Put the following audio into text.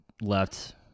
left